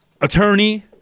attorney